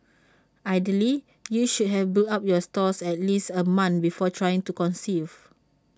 ideally you should have built up your stores at least A month before trying to conceive